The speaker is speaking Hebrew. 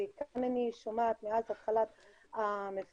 שאני שומעת כאן מאז התחלת המפגש,